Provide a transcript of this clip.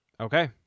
Okay